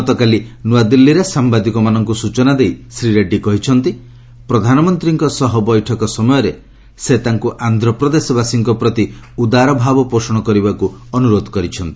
ଆଜି ନୂଆଦିଲ୍ଲୀଠାରେ ସାମ୍ବାଦିକମାନଙ୍କୁ ସୂଚନା ଦେଇ ଶ୍ରୀ ରେଡ୍ଡୀ କହିଛନ୍ତି ପ୍ରଧାନମନ୍ତ୍ରୀଙ୍କ ସହ ବୈଠକ ସମୟରେ ସେ ତାଙ୍କୁ ଆନ୍ଧ୍ରପ୍ରଦେଶବାସୀଙ୍କ ପ୍ରତି ଉଦାର ଭାବ ପୋଷଣ କରିବାକୁ ଅନୁରୋଧ କରିଛନ୍ତି